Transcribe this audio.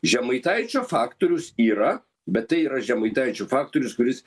žemaitaičio faktorius yra bet tai yra žemaitaičio faktorius kuris